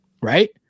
right